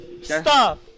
Stop